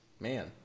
Man